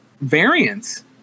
variants